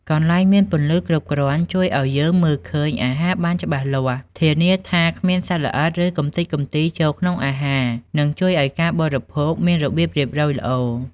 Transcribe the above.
កន្លែងមានពន្លឺគ្រប់គ្រាន់ជួយឲ្យយើងមើលឃើញអាហារបានច្បាស់លាស់ ធានាថាគ្មានសត្វល្អិត ឬកំទេចកំទីចូលក្នុងអាហារ និងជួយឲ្យការបរិភោគមានរបៀបរៀបរយល្អ ។